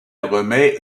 remet